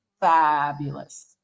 fabulous